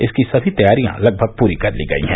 इसकी सभी तैयारियां लगभग पूरी कर ली गई हैं